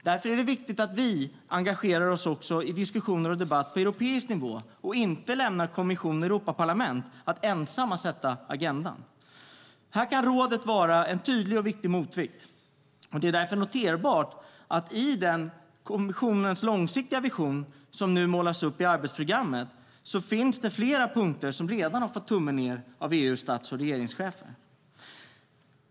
Därför är det viktigt att vi engagerar oss i diskussioner och debatter på europeisk nivå och inte lämnar åt kommissionen och Europaparlamentet att ensamma sätta agendan. Här kan rådet vara en tydlig och viktig motvikt. Det är därför noterbart att det i kommissionens långsiktiga vision, som nu målas upp i arbetsprogrammet, finns flera punkter som redan har fått tummen ned av EU:s stats och regeringschefer.